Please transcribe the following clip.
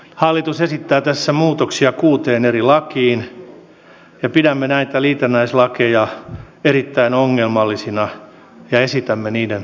hallitus esittää tässä muutoksia kuuteen eri lakiin ja pidämme näitä liitännäislakeja erittäin ongelmallisina ja esitämme niiden hylkäämistä